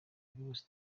virusi